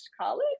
college